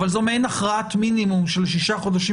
אבל זו מעין הכרעת מינימום של שישה חודשים